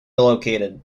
located